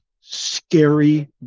scary